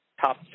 top